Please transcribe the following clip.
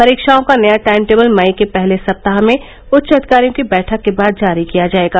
परीक्षाओं का नया टाइम टेबल मई के पहले सप्ताह में उच्च अधिकारियों की बैठक के बाद जारी किया जाएगा